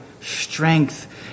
strength